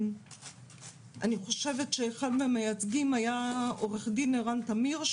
אני חושבת שאחד מהמייצגים היה עו"ד ערן טמיר,